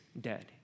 dead